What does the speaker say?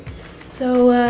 so,